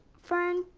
fern,